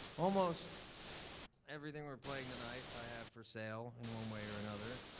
almost everything we're playing tonight i have for sale, in one way or another.